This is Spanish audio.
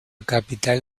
capital